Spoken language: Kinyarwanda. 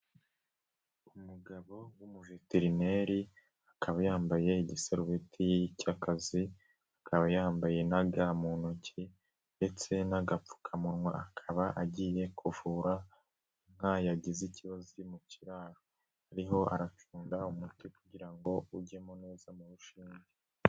Umugabo w'umuveterineri akaba yambaye igisarubeti cy'akazi, akaba yambaye na ga mu ntoki ndetse n'agapfukamunwa. Akaba agiye kuvura inka yagize ikibazo iri mu kiraro, ariho aracunga umuti kugira ngo ujyemo neza mu rushinge.